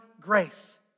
grace